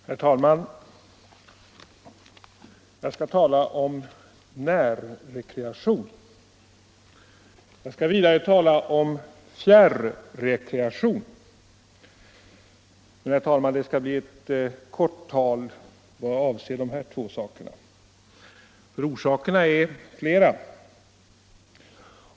Herr talman! Jag skall tala om närrekreation. Jag skall vidare tala om fjärrekreation. Men, herr talman, det skall bli ett kort tal vad avser de här två sakerna. Orsakerna är flera.